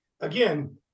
again